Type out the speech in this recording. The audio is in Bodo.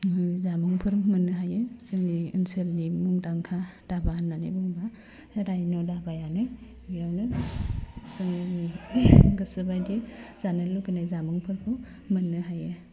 उम जामुंफोर मोननो हायो जोंनि ओनसोलनि मुंदांखा धाबा होननानै बुंबा राइन' धाबायानो बेयावनो जोंनि गोसो बायदि जानो लुगैनाय जामुंफोरखौ मोननो हायो